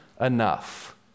enough